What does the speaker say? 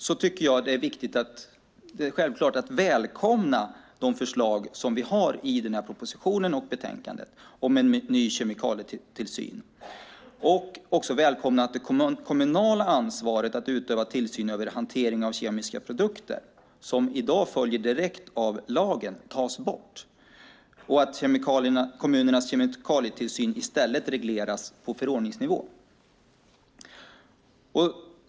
Jag tycker därför att det är självklart och viktigt att välkomna de förslag som vi har i propositionen och betänkandet om en ny kemikalietillsyn. Vi bör också välkomna att det kommunala ansvaret att utöva tillsyn över hantering av kemiska produkter, som i dag följer direkt av lagen, tas bort. Kommunernas kemikalietillsyn bör i stället regleras på förordningsnivå.